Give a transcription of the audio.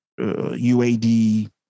uad